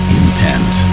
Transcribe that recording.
intent